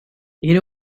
era